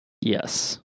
Yes